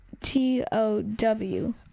T-O-W